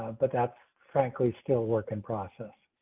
um but that's frankly still work in process.